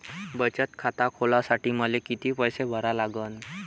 बचत खात खोलासाठी मले किती पैसे भरा लागन?